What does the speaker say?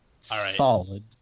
Solid